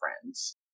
friends